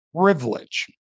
privilege